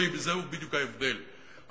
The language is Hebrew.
זהו בדיוק ההבדל,